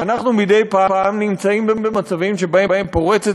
אנחנו מדי פעם נמצאים במצבים שבהם פורצת